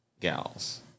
gals